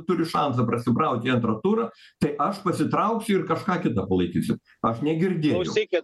turiu šansą prasibraut į antrą turą tai aš pasitrauksiu ir kažką kitą palaikysiu aš negirdėjau